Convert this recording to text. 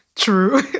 true